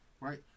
Right